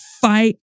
fight